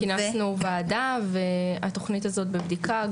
כינסנו ועדה והתוכנית הזאת בבדיקה.